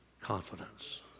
confidence